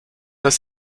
des